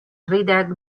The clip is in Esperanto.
tridek